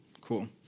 Cool